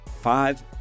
five